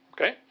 Okay